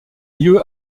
lieu